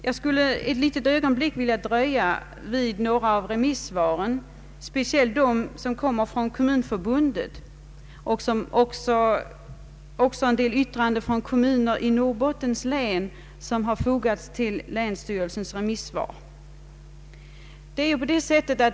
Jag skulle ett ögonblick vilja dröja vid några av remissvaren, speciellt Kommunförbundets yttrande och en del yttranden som har fogats till det remissvar som har avgivits av länsstyrelsen i Norrbottens län.